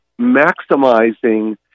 maximizing